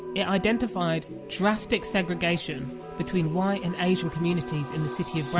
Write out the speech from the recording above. it identified drastic segregation between white and asian communities in the city